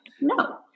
no